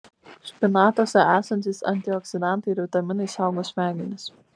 špinatuose esantys antioksidantai ir vitaminai saugo smegenis